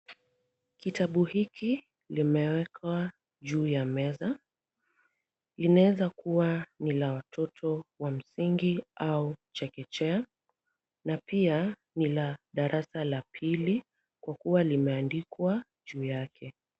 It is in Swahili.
Kitabu hiki limeekwa juu ya meza. Inaeza kuwa ni la watoto wa msingi au chekechea na pia ni la darasa la pili kwa kuwa limeandikwa juu yake.